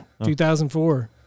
2004